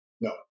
No